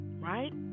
Right